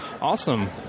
Awesome